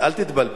אל תתבלבל.